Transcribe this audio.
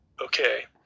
okay